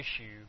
issue